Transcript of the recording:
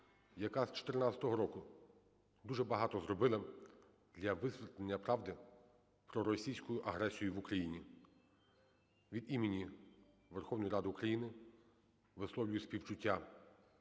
яка з 14-го року дуже багато зробила для висвітлення правди про російську агресію в Україні. Від імені Верховної Ради України висловлюю співчуття